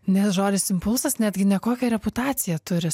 nes žodis impulsas netgi nekokią reputaciją turi